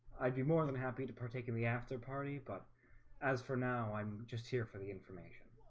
i'd be more than happy to partake in the after-party but as for now. i'm just here for the information